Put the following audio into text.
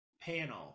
panel